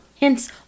Hence